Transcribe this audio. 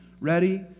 Ready